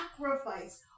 sacrifice